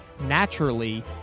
naturally